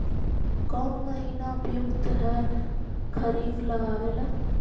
कौन महीना उपयुकत है खरिफ लगावे ला?